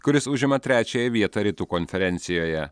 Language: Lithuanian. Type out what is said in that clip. kuris užima trečiąją vietą rytų konferencijoje